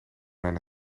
mijn